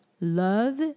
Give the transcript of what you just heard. love